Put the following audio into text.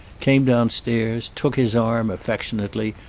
came downstairs, took his arm, affectionately,